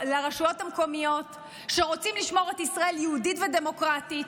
לרשויות המקומיות שרוצים לשמור את ישראל יהודית ודמוקרטית,